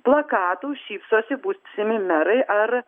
plakatų šypsosi būsimi merai ar